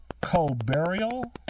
co-burial